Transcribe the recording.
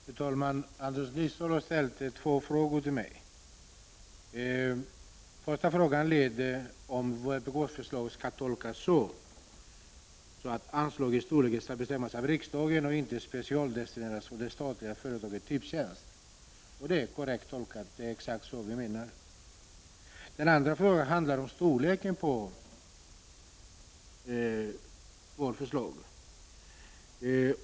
Fru talman! Anders Nilsson ställde två frågor till mig. Den första var om vpk:s förslag skall tolkas så att anslagets storlek skall bestämmas av riksdagen och inte specialdestineras via det statliga företaget Tipstjänst. Det är en korrekt tolkning. Det är exakt så vi menar. Den andra frågan gällde storleken på anslaget.